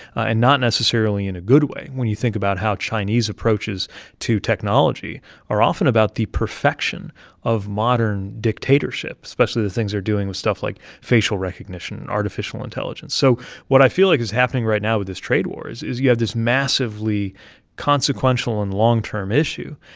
and not necessarily in a good way, when you think about how chinese approaches to technology are often about the perfection of modern dictatorship, especially the things they're doing with stuff like facial and artificial intelligence so what i feel like is happening right now with this trade war is is you have this massively consequential and long-term issue,